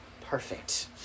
perfect